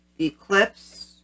Eclipse